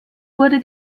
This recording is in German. wurde